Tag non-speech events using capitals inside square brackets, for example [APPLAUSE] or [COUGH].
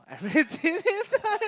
everything in China [LAUGHS]